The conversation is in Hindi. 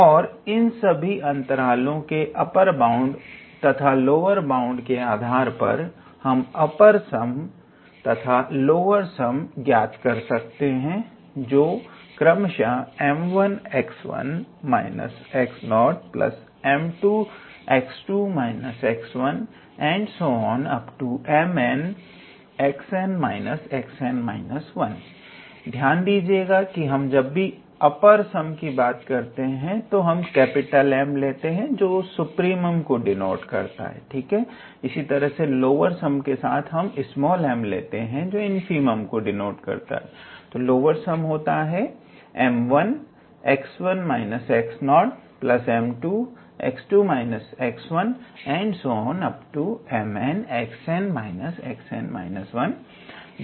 और इन सभी अंतरालो के अप्पर बाउंडस तथा लोअर बाउंडस से आधार पर हम अपर सम तथा लोअर सम को ज्ञात कर सकते हैं जो क्रमशः 𝑀1𝑥1−𝑥0𝑀2𝑥2−𝑥1 𝑀𝑛𝑥𝑛−𝑥𝑛−1 तथा m1𝑥1−𝑥0m2𝑥2−𝑥1 m𝑛𝑥𝑛−𝑥𝑛−1 द्वारा दिए जाते हैं